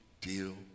deal